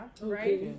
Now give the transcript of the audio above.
right